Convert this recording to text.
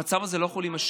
המצב הזה לא יכול להימשך.